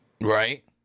Right